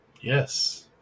Yes